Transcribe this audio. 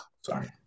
Sorry